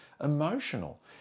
emotional